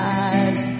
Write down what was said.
eyes